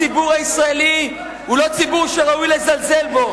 הציבור הישראלי הוא לא ציבור שראוי לזלזל בו.